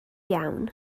iawn